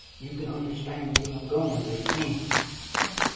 you can understand what i'm going through, can't you?